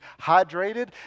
hydrated